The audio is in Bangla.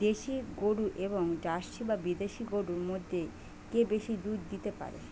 দেশী গরু এবং জার্সি বা বিদেশি গরু মধ্যে কে বেশি দুধ দিতে পারে?